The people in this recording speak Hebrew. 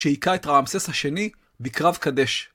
שהיכה את רעמסס השני בקרב קדש.